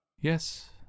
Yes